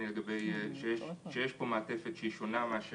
תת-אלוף ודמני על כך שהמעטפת בנושא הנדון שונה מאשר